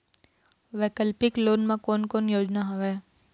वैकल्पिक लोन मा कोन कोन योजना हवए?